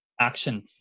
action